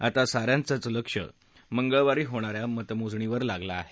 आता साऱ्यांचच लक्ष मंगळवारी होणाऱ्या मतमोजणीवर लागलं आहे